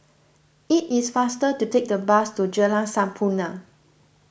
it is faster to take the bus to Jalan Sampurna